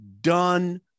done